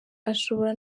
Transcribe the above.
ashobora